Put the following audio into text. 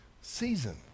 season